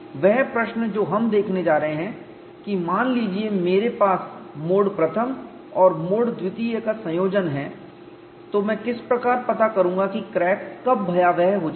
वह प्रश्न जो हम देखने जा रहे हैं कि मान लीजिए कि मेरे पास मोड I और मोड II का संयोजन है तो मैं किस प्रकार पता करूंगा कि क्रैक कब भयावह हो जाएगा